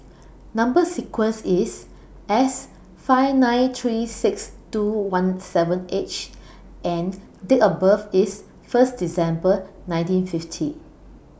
Number sequence IS S five nine three six two one seven H and Date of birth IS First December nineteen fifty